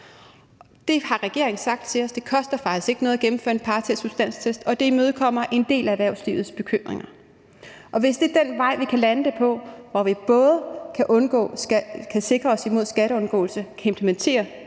Regeringen har sagt til os, at det faktisk ikke koster noget at gennemføre en partiel substanstest, og det imødekommer en del af erhvervslivets bekymringer. Og hvis det er den måde, vi kan lande det på, så vi både kan sikre os mod skatteundgåelse, kan implementere